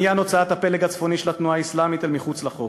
עניין הוצאת הפלג הצפוני של התנועה האסלאמית אל מחוץ לחוק.